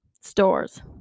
stores